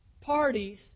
parties